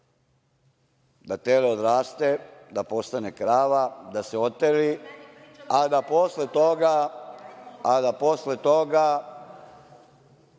da tele odraste da postane krava, da se oteli, a da posle toga